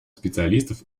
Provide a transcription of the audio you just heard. специалистов